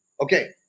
Okay